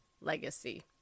legacy